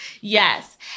yes